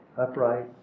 upright